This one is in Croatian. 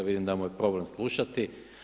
Vidim da mu je problem slušati.